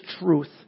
truth